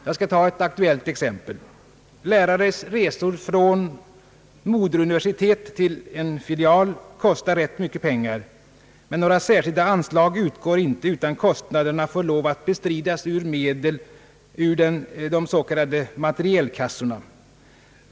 Jag skall ge ett aktuellt exempel. Lärares resor från ett moderuniversitet till en filial kostar mycket pengar, men några särskilda anslag utgår inte, utan kostnaderna får lov att bestridas med medel ur de s.k. materielkassorna.